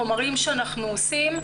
חומרים שאנחנו עושים,